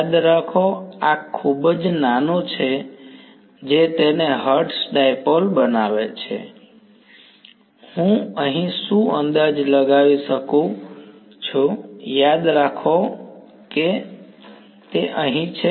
યાદ રાખો આ ખૂબ જ નાનું છે જે તેને હર્ટ્ઝ ડાઈપોલ બનાવે છે હું અહીં શું અંદાજ લગાવી શકું છું યાદ રાખો કે આર અહીં છે